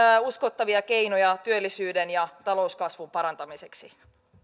uskottavia keinoja työllisyyden ja talouskasvun parantamiseksi